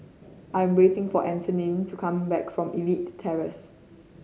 I am waiting for Antione to come back from Elite Terrace